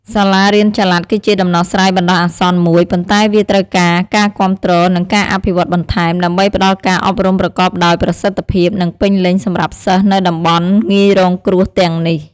សាលារៀនចល័តគឺជាដំណោះស្រាយបណ្តោះអាសន្នមួយ ប៉ុន្តែវាត្រូវការការគាំទ្រ និងការអភិវឌ្ឍន៍បន្ថែម ដើម្បីផ្តល់ការអប់រំប្រកបដោយប្រសិទ្ធភាព និងពេញលេញសម្រាប់សិស្សនៅតំបន់ងាយរងគ្រោះទាំងនេះ។